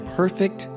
perfect